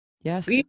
yes